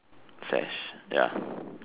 sash ya